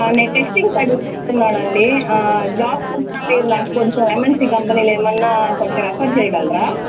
నేను testing side వెతుకుతున్నానండి job కోసం మీరు నాకొంచెం ఎంఎన్సి కంపెనీలో ఏమన్నా కొంచెం రిఫర్ చేయగలరా